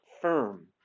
firm